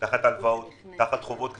תחת הלוואות ותחת חובות כבדים.